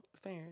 fair